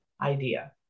idea